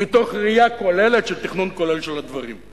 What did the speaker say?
מתוך ראייה כוללת של תכנון כולל של הדברים.